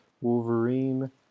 Wolverine